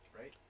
right